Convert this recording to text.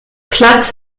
platz